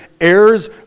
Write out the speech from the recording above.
heirs